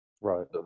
Right